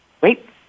Wait